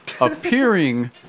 appearing